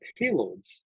payloads